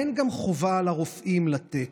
אין גם חובה לרופאים לתת.